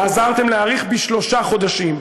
עזרתם להאריך בשלושה חודשים.